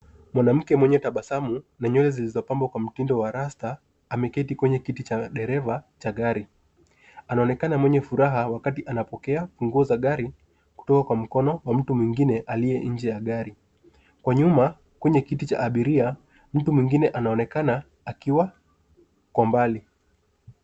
Mwanamke mwenye tabasamu, na nywele zilizopambwa kwa mtindo wa rasta , ameketi kwenye kiti cha dereva, cha gari. Anaonekana mwenye wakati anapokea funguo za gari, kutoka kwa mkono wa mtu mwingine aliye nje ya gari. Kwa nyuma, kwenye kiti cha abiria, mtu mwingine anaonekana akiwa kwa mbali.